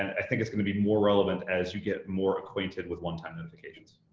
i think it's going to be more relevant as you get more acquainted with one-time notifications.